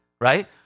right